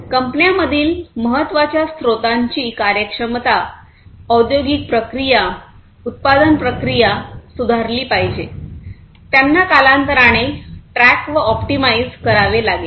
कंपन्यांमधील महत्त्वाच्या स्त्रोतांची कार्यक्षमता औद्योगिक प्रक्रिया उत्पादन प्रक्रिया सुधारली पाहिजे त्यांना कालांतराने ट्रॅक व ऑप्टिमाइझ करावे लागेल